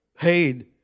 paid